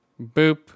Boop